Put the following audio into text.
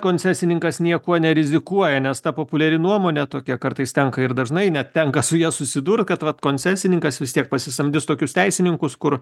koncesininkas niekuo nerizikuoja nes ta populiari nuomonė tokia kartais tenka ir dažnai net tenka su ja susidurt kad vat koncesininkas vis tiek pasisamdys tokius teisininkus kur